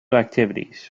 activities